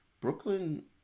Brooklyn